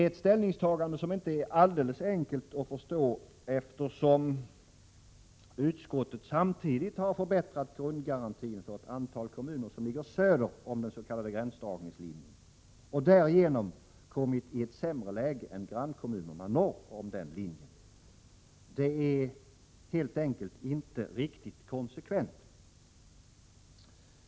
Detta ställningstagande är inte så alldeles enkelt att förstå, eftersom utskottet samtidigt har förbättrat grundgarantin för ett antal kommuner som ligger söder om den s.k. gränsdragningslinjen, och därigenom har dessa kommuner kommit i ett sämre läge än grannkommunerna norr om denna linje. Detta är helt enkelt inte konsekvent.